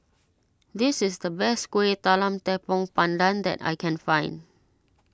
this is the best Kueh Talam Tepong Pandan that I can find